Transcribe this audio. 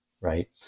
right